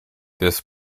this